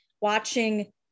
watching